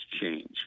change